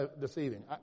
deceiving